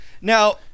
Now